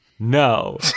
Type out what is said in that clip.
No